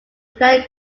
planning